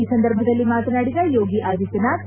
ಈ ಸಂದರ್ಭದಲ್ಲಿ ಮಾತನಾಡಿದ ಯೋಗಿ ಆದಿತ್ತನಾಥ್